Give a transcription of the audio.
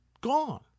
Gone